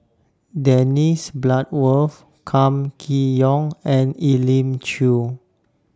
Dennis Bloodworth Kam Kee Yong and Elim Chew